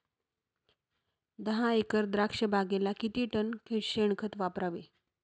दहा एकर द्राक्षबागेला किती टन शेणखत वापरावे?